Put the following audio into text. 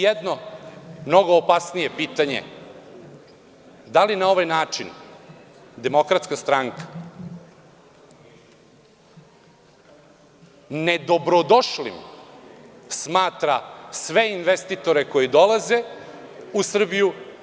Jedno mnogo opasnije pitanje je da li na ovaj način DS nedobrodošlim smatra sve investitore koji dolaze u Srbiju?